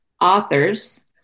authors